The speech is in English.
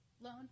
loan